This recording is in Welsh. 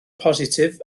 positif